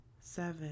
seven